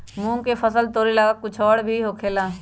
मूंग के फसल तोरेला कुछ और भी होखेला?